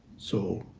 so